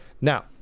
Now